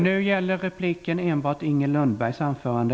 Nu gäller repliken enbart Inger Lundbergs anförande.